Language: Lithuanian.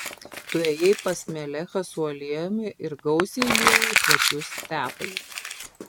tu ėjai pas melechą su aliejumi ir gausiai liejai kvapius tepalus